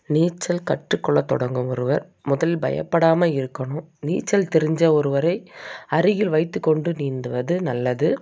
நீச்சல் கற்றுக்கொள்ள தொடங்கும் ஒருவர் முதலில் பயப்படாமல் இருக்கணும் நீச்சல் தெரிஞ்ச ஒருவரை அருகில் வைத்துக்கொண்டு நீந்துவது நல்லது